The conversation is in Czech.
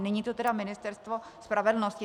Není to tedy Ministerstvo spravedlnosti.